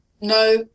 no